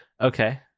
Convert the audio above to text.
okay